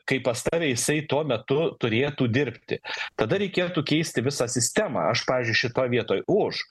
kai pas tave jisai tuo metu turėtų dirbti tada reikėtų keisti visą sistemą aš pavyzdžiui šitoj vietoj už